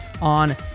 on